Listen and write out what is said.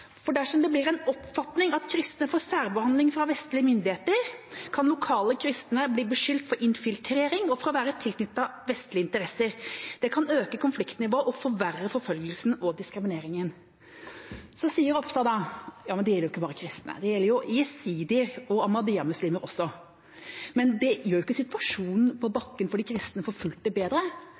for dersom det blir en oppfatning at kristne får særbehandling fra vestlige myndigheter, kan lokale kristne bli beskyldt for infiltrering og for å være tilknyttet vestlige interesser. Det kan øke konfliktnivået og forverre forfølgelsen og diskrimineringen. Så sier Ropstad: Ja, men det gjelder jo ikke bare kristne, det gjelder jesidier og ahmadija også. Men det gjør jo ikke situasjonen på bakken for de kristne forfulgte bedre